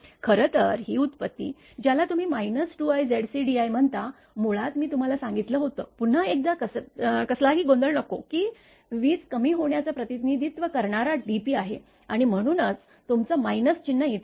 खरं तर ही उत्पत्ती ज्याला तुम्ही 2iZcdi म्हणता मुळात मी तुम्हाला सांगितलं होतं पुन्हा एकदा कसलाही गोंधळ नको की वीज कमी होण्याचं प्रतिनिधित्व करणारा dp आहे आणि म्हणूनच तुमचं मायनस चिन्ह इथे आहे